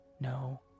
no